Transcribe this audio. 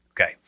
okay